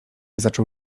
zaczął